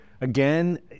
Again